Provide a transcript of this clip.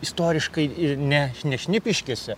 istoriškai ir ne ne šnipiškėse